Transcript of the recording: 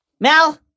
Mal